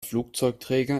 flugzeugträger